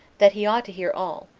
that he ought to hear all,